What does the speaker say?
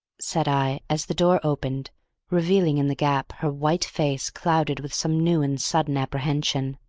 said i, as the door opened revealing in the gap her white face clouded with some new and sudden apprehension,